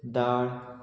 दाळ